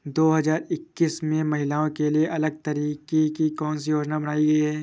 दो हजार इक्कीस में महिलाओं के लिए अलग तरह की कौन सी योजना बनाई गई है?